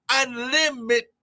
unlimited